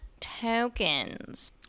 tokens